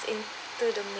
in to the